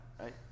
right